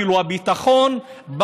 כאילו-ביטחון,